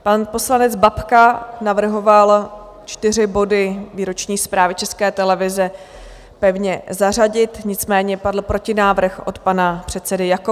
Pan poslanec Babka navrhoval čtyři body výroční zprávy České televize pevně zařadit, nicméně padl protinávrh od pana předsedy Jakoba.